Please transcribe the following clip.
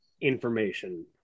information